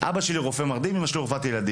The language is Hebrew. אבא שלי הוא רופא מרדים ואימא שלי רופאת ילדים.